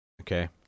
Okay